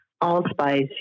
allspice